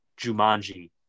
Jumanji